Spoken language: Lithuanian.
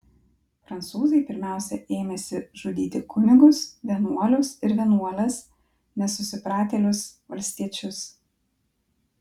prancūzai pirmiausia ėmėsi žudyti kunigus vienuolius ir vienuoles nesusipratėlius valstiečius